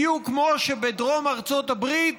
בדיוק כמו שבדרום ארצות הברית